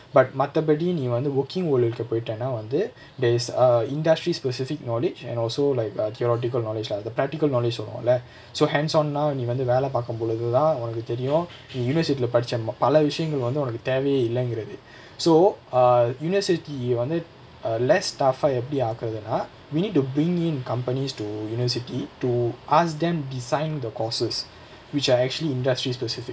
but மத்த:matha bet அயு நீ வந்து:ayu nee vanthu working world ட பெய்தனா வந்து:ta peithanaa vanthu there's err industry specific knowledge and also like theoretical knowledge lah then practical knowledge சொல்லுவோல:solluvola so hands on now நீ வந்து வேல பாக்கும்பொழுதுதா ஒனக்கு தெரியும் நீ:nee vanthu vela paakkumpoluthuthaa onakku theriyum nee university leh படிச்ச பல விஷயங்கள் வந்து ஒனக்கு தேவயே இல்லங்குறது:padicha pala visayangal vanthu onakku thevayae illangurathu so err university வந்து:vanthu ah less tougher எப்டி ஆக்குறதுனா:epdi aagurathunaa we need to bring in companies to univesity to ask them design the courses which are actually industry specific